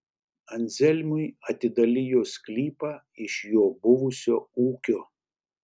anzelmui atidalijo sklypą iš jo buvusio ūkio